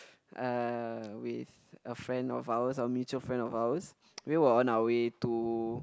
uh with a friend of ours a mutual friend of ours we were on our way to